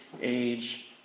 age